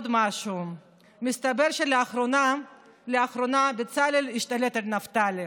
עוד משהו: מסתבר שלאחרונה בצלאל השתלט על נפתלי,